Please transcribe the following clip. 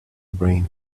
brain